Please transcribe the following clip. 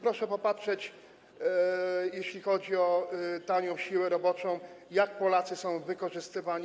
Proszę popatrzeć, jeśli chodzi o tanią siłę roboczą, jak Polacy są wykorzystywani.